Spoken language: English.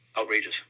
outrageous